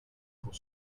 pour